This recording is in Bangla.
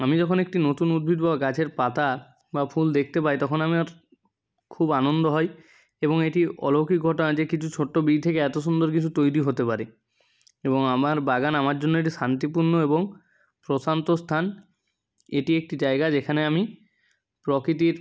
আমি যখন একটি নতুন উদ্ভিদ বা গাছের পাতা বা ফুল দেখতে পাই তখন আমার খুব আনন্দ হয় এবং এটি অলৌকিক ঘটনা যে কিছু ছোট্টো বীজ থেকে এতো সুন্দর কিছু তৈরি হতে পারে এবং আমার বাগান আমার জন্য একটি শান্তিপূর্ণ এবং প্রশান্ত স্থান এটি একটি জায়গা যেখানে আমি প্রকৃতির